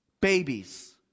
babies